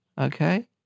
okay